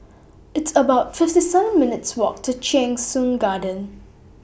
It's about fifty seven minutes' Walk to Cheng Soon Garden